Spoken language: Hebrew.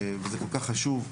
וזה כל כך חשוב,